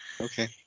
okay